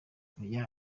oya